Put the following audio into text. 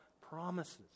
promises